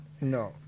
No